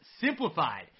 simplified